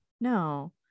no